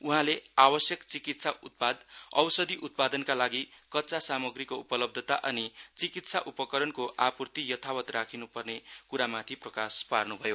उहाँले आवश्यक चिकित्सा उत्पाद औषधि उत्पादनका लागि कच्चा सामाग्रीको उपलब्धता अनि चिकित्सा उपकरणको आपूर्ती यथावत राखिन् पर्ने क्रामाथि प्रकाश पार्न् भयो